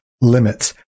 limits